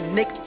Nick